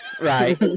Right